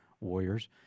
warriors